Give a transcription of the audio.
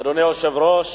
אדוני היושב-ראש,